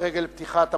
לרגל פתיחת המושב,